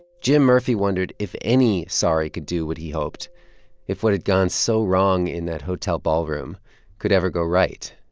jim murphy wondered if any sorry could do what he hoped if what had gone so wrong in that hotel ballroom could ever go right.